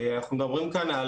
אנחנו מדברים כאן על